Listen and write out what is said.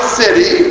city